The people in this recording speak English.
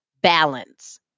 balance